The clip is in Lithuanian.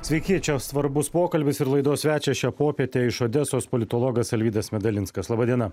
sveiki čia svarbus pokalbis ir laidos svečią šią popietę iš odesos politologas alvydas medalinskas laba diena